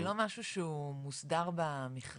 זה לא משהו שהוא מוסדר במכרז?